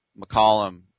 McCollum